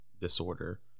disorder